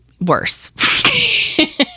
worse